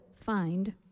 find